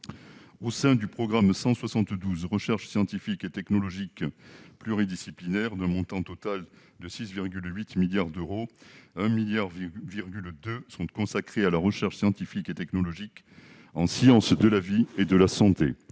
Au sein du programme 172, « Recherches scientifiques et technologiques pluridisciplinaires », d'un montant total de 6,8 milliards d'euros, 1,2 milliard d'euros sont consacrés à l'action n° 15, Recherches scientifiques et technologiques en sciences de la vie et de la santé.